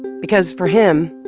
because for him,